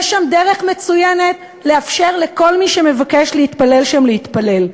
יש שם דרך מצוינת לאפשר לכל מי שמבקש להתפלל שם להתפלל.